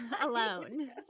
alone